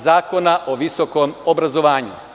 Zakona o visokom obrazovanju.